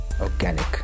organic